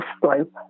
slope